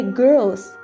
girls